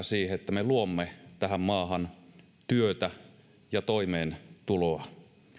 siihen että me luomme tähän maahan työtä ja toimeentuloa